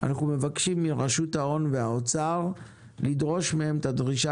אנו מבקשים מרשות ההון והאוצר לדרוש מהם את הדרישה